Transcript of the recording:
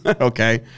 Okay